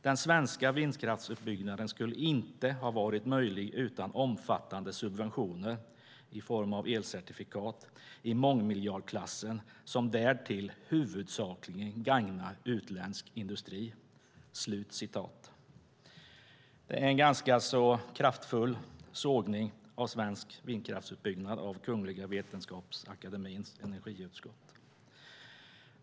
Den svenska vindkraftutbyggnaden skulle inte ha varit möjlig utan omfattande 'subventioner' i mångmiljardklassen som därtill huvudsakligen gagnar utländsk industri." Det är en ganska kraftfull sågning av svensk vindkraftsutbyggnad av Kungliga Vetenskapsakademiens energiutskott.